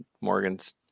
Morgan's